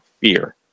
Fear